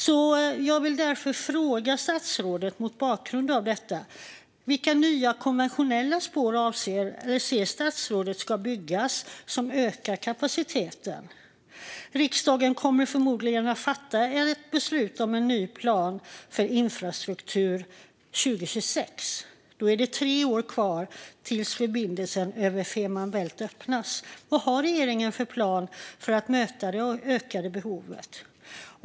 Därför vill jag ställa en fråga till statsrådet: Vilka nya konventionella spår anser statsrådet ska byggas som ökar kapaciteten? Riksdagen kommer förmodligen att fatta beslut om en ny plan för infrastruktur 2026. Då är det tre år kvar tills förbindelsen över Fehmarn Bält öppnas. Vad har regeringen för plan för att möta det ökade behovet?